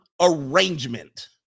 arrangement